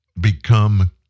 become